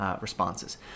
responses